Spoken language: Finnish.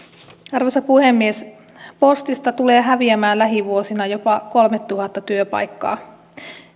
arvoisa puhemies postista tulee häviämään lähivuosina jopa kolmetuhatta työpaikkaa